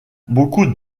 beaucoup